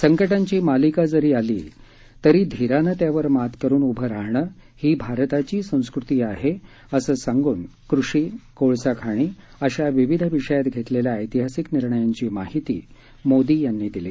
संकटांची मालिका जरी आली तरी धीराने त्यावर मात करुन उभं राहणं ही भारताची संस्कृती आहे असं सांगून कृषी कोळसा खाणी अशा विविध विषयात घेतलेल्या ऐतिहासिक निर्णयांची माहीती मोदी यांनी दिली